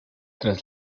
tras